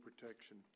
protection